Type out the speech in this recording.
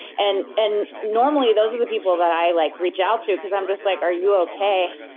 and and normally, those are the people that i like reach out to because i'm just like, are you okay?